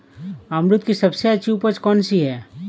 अमरूद की सबसे अच्छी उपज कौन सी है?